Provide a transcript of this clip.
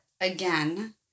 again